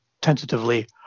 tentatively